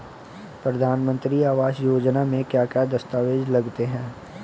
प्रधानमंत्री आवास योजना में क्या क्या दस्तावेज लगते हैं?